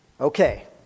Okay